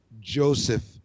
Joseph